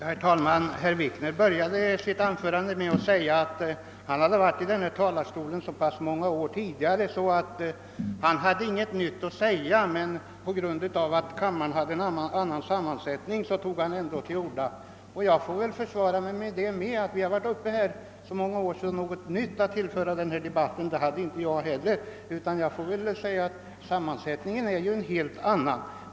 Herr talman! Herr Wikner började sitt anförande med att säga, att han under så pass många år tidigare haft tillfälle att yttra sig i denna fråga från kammarens talarstol, att han inte har något nytt att säga, men på grund av att kammaren har en annan sammansättning än tidigare, har han ändå tagit till orda. Jag får väl försvara mig med att jag också varit uppe i denna talarstol vid skilda tillfällen under så pass många år, att jag inte heller kunde tillföra debatten i denna fråga något nytt, utan jag får liksom herr Wikner framhålla, att sammansättningen i kammaren ju är en helt annan än tidigare.